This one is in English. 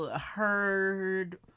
heard